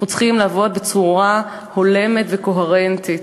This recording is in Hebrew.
אנחנו צריכים לעבוד בצורה הולמת וקוהרנטית.